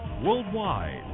worldwide